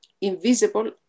invisible